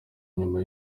nyuma